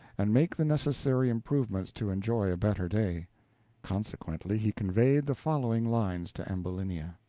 and make the necessary improvements to enjoy a better day consequently he conveyed the following lines to ambulinia